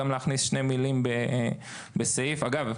גם להכניס שתי מילים בסעיף אגב,